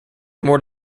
more